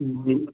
हूं हूं